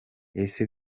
ese